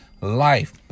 life